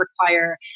require